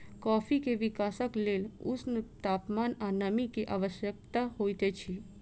coffee के विकासक लेल ऊष्ण तापमान आ नमी के आवश्यकता होइत अछि